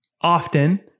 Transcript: Often